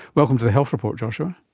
welcome to the health report, joshua.